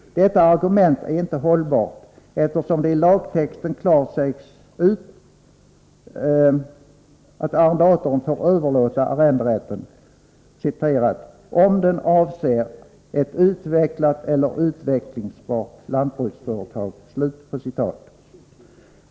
Detta argument är inte hållbart, eftersom det i lagtexten klart sägs ut att arrendatorn får överlåta arrenderätten ”om den avser ett utvecklat eller utvecklingsbart lantbruksföretag”.